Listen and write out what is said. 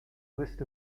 list